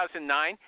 2009